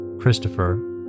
Christopher